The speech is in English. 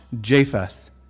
Japheth